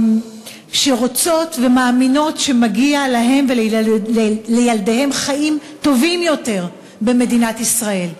שרוצות ומאמינות שמגיע להן ולילדיהן חיים טובים יותר במדינת ישראל,